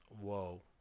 Whoa